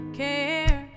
care